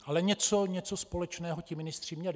Ale něco společného ti ministři měli.